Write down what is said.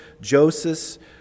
Joseph